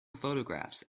photographs